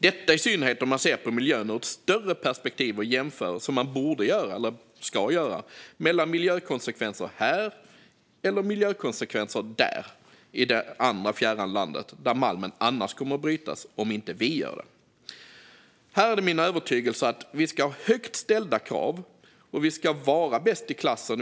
Detta gäller i synnerhet om man ser på miljön ur ett större perspektiv och jämför, som man borde och ska göra, miljökonsekvenser här och miljökonsekvenser där - i det andra fjärran landet, där malmen annars kommer att brytas om inte vi gör det. Här är det min övertygelse att vi ska ha högt ställda krav och vara bäst i klassen.